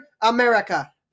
America